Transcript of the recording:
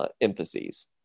emphases